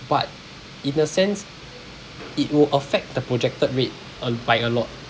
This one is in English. but in a sense it will affect the projected rate a by a lot